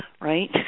right